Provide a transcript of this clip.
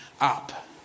up